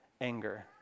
anger